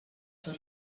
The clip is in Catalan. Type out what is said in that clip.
per